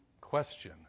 Question